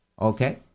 Okay